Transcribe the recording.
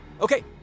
Okay